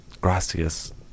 Gracias